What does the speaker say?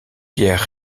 pierre